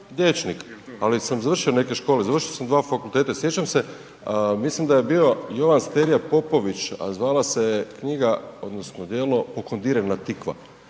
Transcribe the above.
liječnik, ali sam završio neke škole, završio sam dva fakulteta i sjećam se, mislim da je bio Jovan Sterija Popović, a zvala se je knjiga odnosno djelo Pokondirana Tikva,